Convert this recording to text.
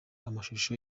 amashusho